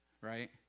Right